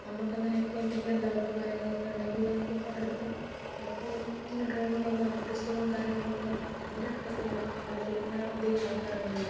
നമുക്കങ്ങനെക്കെ എന്തെങ്കിലും ഡൗട്ടോ കാര്യങ്ങളൊക്കെ ഉണ്ടെങ്കിൽ നമുക്കിപ്പം അടുത്ത് അടുത്ത് അങ്ങനെ ഡ്രോയിങ് ചെയ്യുന്ന ആർട്ടിസ്റ്റുകളും കാര്യങ്ങളുമൊക്കെ എൻ്റടുത്തൊക്കെ അങ്ങനെ അങ്ങനെ അധികം ആൾക്കാരൊന്നും ഇല്ല